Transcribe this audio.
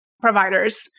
providers